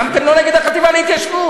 למה אתם לא נגד החטיבה להתיישבות?